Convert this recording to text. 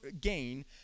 gain